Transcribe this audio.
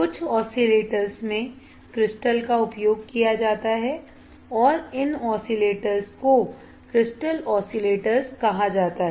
कुछ ऑसिलेटर्स में क्रिस्टल का उपयोग किया जाता है और इन ऑसिलेटर्स को क्रिस्टल ऑसिलेटर्स कहा जाता है